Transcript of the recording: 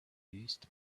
east